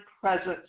presence